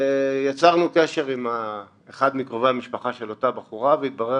יצרנו קשר עם אחד מקרובי המשפחה של אותה בחורה והתברר